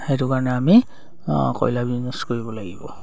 সেইটো কাৰণে আমি কয়লা বিজনেছ কৰিব লাগিব